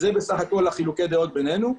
זה בסך הכול חילוקי הדעות בינינו.